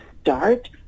start